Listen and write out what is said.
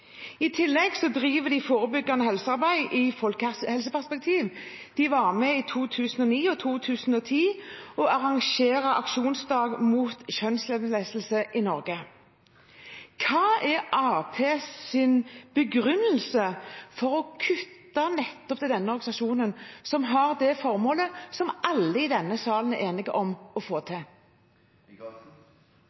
I tillegg driver de forebyggende helsearbeid i folkehelseperspektiv. De var med i 2009 og 2010 og arrangerte aksjonsdag mot kjønnslemlestelse i Norge. Hva er Arbeiderpartiets begrunnelse for å kutte til nettopp denne organisasjonen som har det formålet alle i denne salen er enige om å få til?